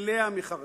ללאה מחרשים,